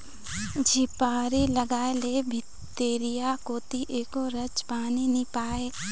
झिपारी लगाय ले भीतिया कोती एको रच पानी नी परय